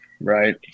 Right